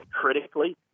critically